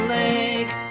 lake